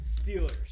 Steelers